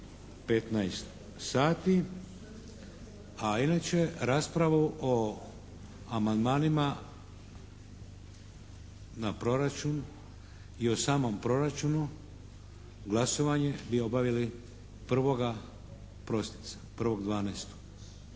15 sati, a inače raspravu o amandmanima na proračun i o samom proračunu glasovanje bi obavili 1. prosinca, 1.12.